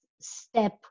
step